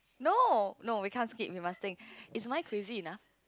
no no we can't skip we must sing is mine crazy enough